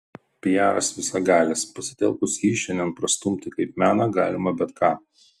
piaras visagalis pasitelkus jį šiandien prastumti kaip meną galima bet ką